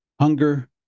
hunger